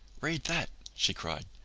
read that, she cried,